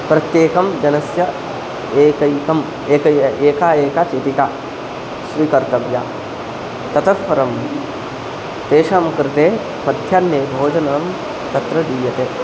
प्रत्येकं जनस्य एकैकम् एकम् एका एका चितिका स्वीकर्तव्या ततः परं तेषां कृते मध्याह्ने भोजनं तत्र दीयते